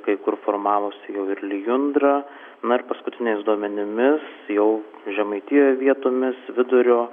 kai kur formavosi jau ir lijundra na ir paskutiniais duomenimis jau žemaitijoje vietomis vidurio